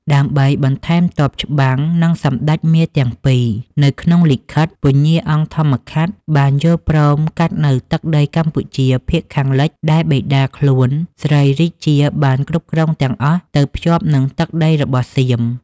ដើម្បីបន្ថែមទ័ពច្បាំងនិងសម្ដេចមារទាំងពីរ នៅក្នុងសារលិខិត ពញ្ញាអង្គធម្មខាត់ បានយល់ព្រមកាត់នូវទឹកដីកម្ពុជាភាគខាងលិចដែលបិតាខ្លួនស្រីរាជាបានគ្រប់គ្រងទាំងអស់ ទៅភ្ចាប់និងទឹកដីរបស់សៀម ។